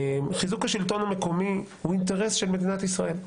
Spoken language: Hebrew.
חיזוק השלטון המקומי הוא אינטרס של מדינת ישראל,